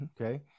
okay